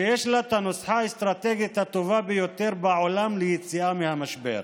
שיש לה את הנוסחה האסטרטגית הטובה ביותר בעולם ליציאה מהמשבר.